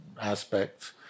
aspects